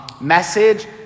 message